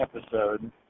episode